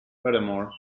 furthermore